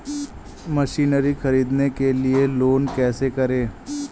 Machinery ख़रीदने के लिए लोन कैसे करें?